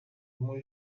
bamwe